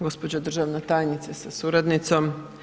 Gospođo državna tajnice sa suradnicom.